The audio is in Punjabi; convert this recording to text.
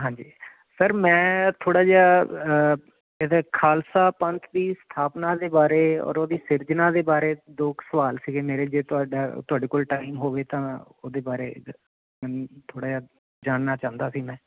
ਹਾਂਜੀ ਸਰ ਮੈਂ ਥੋੜ੍ਹਾ ਜਿਹਾ ਇਹਦੇ ਖਾਲਸਾ ਪੰਥ ਦੀ ਸਥਾਪਨਾ ਦੇ ਬਾਰੇ ਔਰ ਉਹਦੀ ਸਿਰਜਣਾ ਦੇ ਬਾਰੇ ਦੋ ਕੁ ਸਵਾਲ ਸੀਗੇ ਮੇਰੇ ਜੇ ਤੁਹਾਡਾ ਤੁਹਾਡੇ ਕੋਲ ਟਾਈਮ ਹੋਵੇ ਤਾਂ ਉਹਦੇ ਬਾਰੇ ਮੈਨੂੰ ਥੋੜ੍ਹਾ ਜਿਹਾ ਜਾਣਨਾ ਚਾਹੁੰਦਾ ਸੀ ਮੈਂ